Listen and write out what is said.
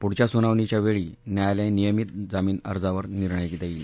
पुढच्या सुनावणीच्या वेळी न्यायालय नियमित जामीन अर्जावर निर्णय देईल